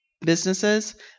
businesses